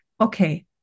okay